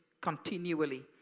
continually